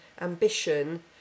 ambition